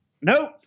Nope